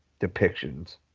depictions